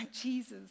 Jesus